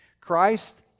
Christ